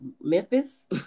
Memphis